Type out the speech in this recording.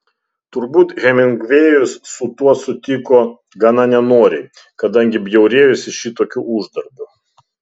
turbūt hemingvėjus su tuo sutiko gana nenoriai kadangi bjaurėjosi šitokiu uždarbiu